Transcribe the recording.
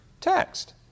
text